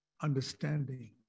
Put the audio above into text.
understanding